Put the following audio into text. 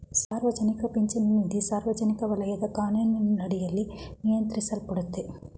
ಸಾರ್ವಜನಿಕ ಪಿಂಚಣಿ ನಿಧಿ ಸಾರ್ವಜನಿಕ ವಲಯದ ಕಾನೂನಿನಡಿಯಲ್ಲಿ ನಿಯಂತ್ರಿಸಲ್ಪಡುತ್ತೆ